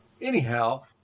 Anyhow